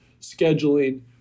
scheduling